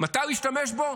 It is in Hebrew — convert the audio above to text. מתי הוא השתמש בו?